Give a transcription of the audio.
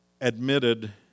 admitted